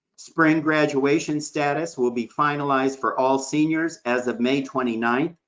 spring graduation status will be finalized for all seniors as of may twenty ninth,